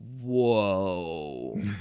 whoa